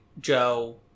Joe